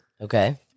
Okay